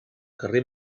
carrer